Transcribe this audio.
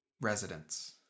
residents